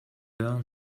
learn